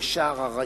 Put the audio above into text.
ובשער האריות.